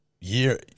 year